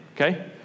Okay